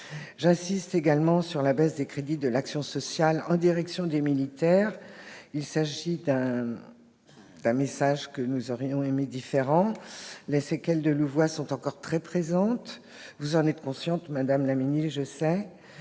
J'insiste également sur la baisse des crédits de l'action sociale en direction des militaires. Il s'agit ici d'un message que nous aurions aimé différent. Les séquelles de sont encore très présentes- vous en êtes consciente, madame la ministre, je le sais.